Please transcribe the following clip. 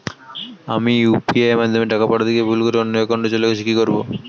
আমি ইউ.পি.আই মাধ্যমে টাকা পাঠাতে গিয়ে ভুল করে অন্য একাউন্টে চলে গেছে কি করব?